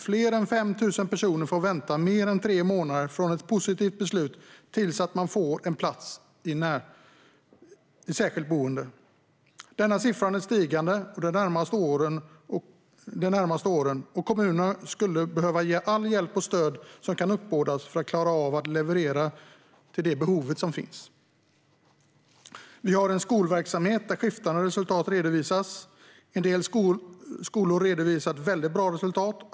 Fler än 5 000 personer får vänta mer än tre månader från ett positivt beslut tills de får plats på särskilt boende. Denna siffra är stigande vad avser de närmaste åren, och kommuner skulle behöva all hjälp och allt stöd som kan uppbådas för att klara av att leverera till det behov som finns. Vi har skolverksamheter där skiftande resultat redovisas. En del skolor redovisar väldigt bra resultat.